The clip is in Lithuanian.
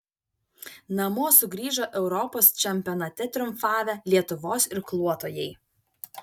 namo sugrįžo europos čempionate triumfavę lietuvos irkluotojai